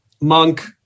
Monk